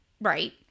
Right